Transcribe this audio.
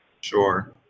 Sure